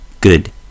Good